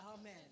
Amen